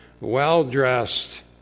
well-dressed